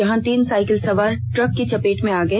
जहां तीन साइकिल सवार ट्रक की चपेट में आ गए